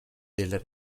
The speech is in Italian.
del